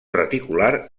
reticular